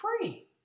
free